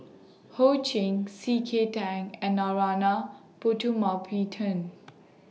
Ho Ching C K Tang and Narana Putumaippittan